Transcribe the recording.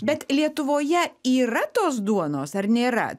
bet lietuvoje yra tos duonos ar nėra